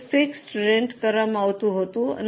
તે fixed rent કરવામાં આવતું હતું